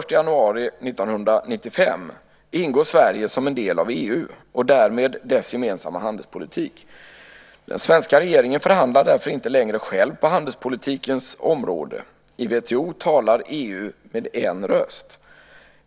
1 januari 1995 ingår Sverige som en del av EU och därmed dess gemensamma handelspolitik. Den svenska regeringen förhandlar därför inte längre själv på handelspolitikens område. I WTO talar EU med en röst.